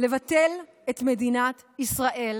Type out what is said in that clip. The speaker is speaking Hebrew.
לבטל את מדינת ישראל